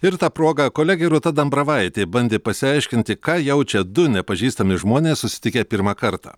ir ta proga kolegė rūta dambravaitė bandė pasiaiškinti ką jaučia du nepažįstami žmonės susitikę pirmą kartą